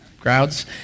crowds